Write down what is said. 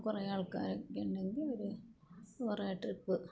കുറേ ആൾക്കാരൊക്കെ ഉണ്ടെങ്കിൽ അവർ കുറേ ട്രിപ്പ്